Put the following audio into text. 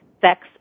Sex